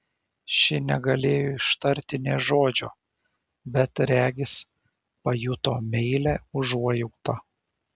ši negalėjo ištarti nė žodžio bet regis pajuto meilią užuojautą